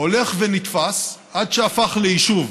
הולך ונתפס עד שהפך ליישוב.